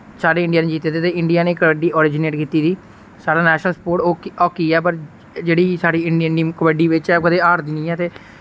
साढ़े इंडिया नै जित्ते दे ते इंडिया नै कबड्डी ओरिजिनेट कीती दी साढ़ा नैशनल स्पोर्ट हाकी ऐ पर जेह्ड़ी साढ़ी इंडियन टीम कबड्डी बिच ऐ कदें हारदी नि ऐ ते